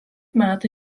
metų